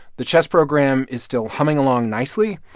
the chess program is still humming along nicely,